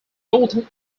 northern